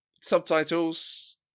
Subtitles